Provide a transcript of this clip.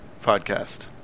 podcast